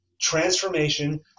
transformation